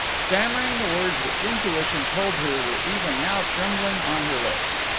stammering the words which intuition told her were even now trembling on her lips.